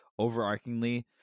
overarchingly –